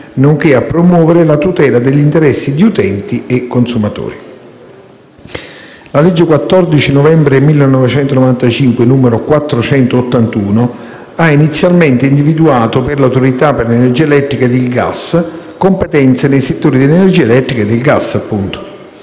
nonché a promuovere la tutela degli interessi di utenti e consumatori. La legge 14 novembre 1995, n. 481, ha inizialmente individuato per l'Autorità per l'energia elettrica e il gas competenze nei settori dell'energia elettrica e del gas.